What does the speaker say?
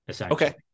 Okay